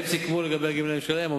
הם סיכמו לגבי הגמלאים שלהם,